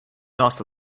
aasta